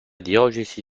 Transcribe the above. diocesi